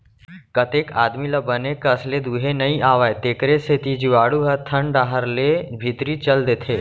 कतेक आदमी ल बने कस ले दुहे नइ आवय तेकरे सेती जीवाणु ह थन डहर ले भीतरी चल देथे